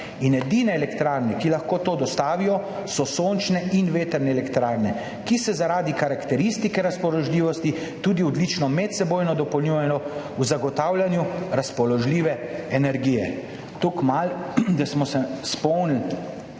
in edine elektrarne, ki lahko to dostavijo, so sončne in vetrne elektrarne, ki se zaradi karakteristike razpoložljivosti tudi odlično medsebojno dopolnjujejo v zagotavljanju razpoložljive energije. Toliko, da smo se malo